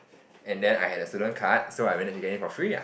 and then I had a student card so I managed to get in for free ah